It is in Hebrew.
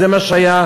זה מה שהיה,